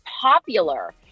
popular